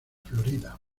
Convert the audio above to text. florida